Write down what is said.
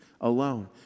alone